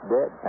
Dead